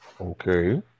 Okay